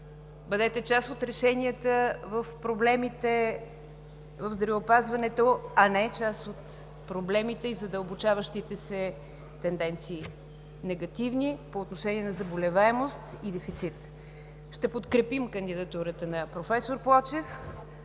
Бъдете част от решенията в проблемите в здравеопазването, а не част от проблемите и задълбочаващите се тенденции – негативни по отношение на заболеваемост и дефицит. Ще подкрепим кандидатурата на проф. Плочев.